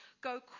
go